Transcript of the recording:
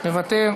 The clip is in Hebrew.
מוותר,